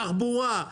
תחבורה,